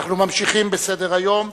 אנחנו ממשיכים בסדר-היום.